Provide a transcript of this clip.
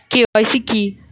KYC কি?